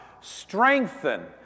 Strengthen